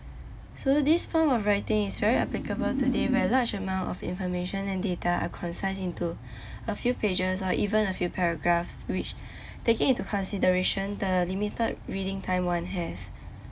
so this form of writing is very applicable today where large amount of information and data are concised into a few pages or even a few paragraphs which taking into consideration the limited reading time one has